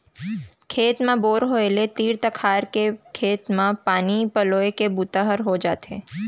खेत म बोर होय ले तीर तखार के खेत म पानी पलोए के बूता ह हो जाथे